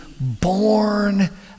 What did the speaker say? born